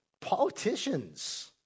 politicians